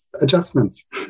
adjustments